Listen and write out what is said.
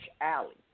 Alley